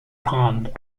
pond